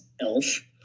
Elf